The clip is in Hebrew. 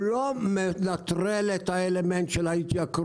הוא לא מנטרל את האלמנט של ההתייקרות,